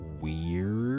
weird